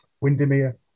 Windermere